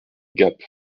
gap